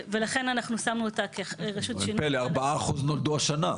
ולכן אנחנו שמנו אותה כרשות שינוי --- ארבעה אחוז נולדו השנה.